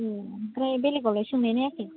अ ओमफ्राय बेलेगावलाय सोंनाय नायाखै